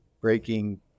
breaking